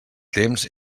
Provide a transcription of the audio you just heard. temps